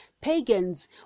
Pagans